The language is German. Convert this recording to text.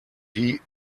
die